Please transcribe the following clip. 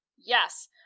Yes